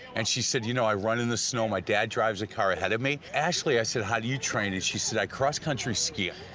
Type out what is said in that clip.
and she said you know i run in the snow, my dad drives the car ahead of me. ashley i said how do you train? and she said i cross country ski.